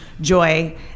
joy